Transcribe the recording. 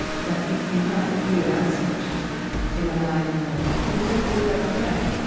and but you you can't be without seduction in a live world and you can't be without desire.